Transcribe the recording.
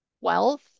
wealth